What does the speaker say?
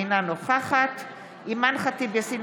אינה נוכחת אימאן ח'טיב יאסין,